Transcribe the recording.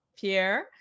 Pierre